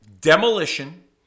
Demolition